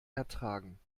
ertragen